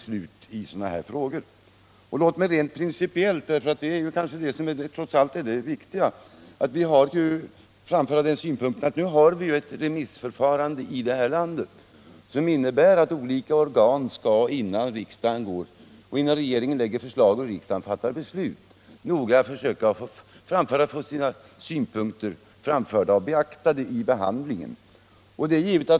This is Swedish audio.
Vi har i detta land ett remissförfarande som innebär att innan regeringen lägger fram förslag och riksdagen fattar beslut skall olika organ framföra sina synpunkter och få dem beaktade vid behandlingen.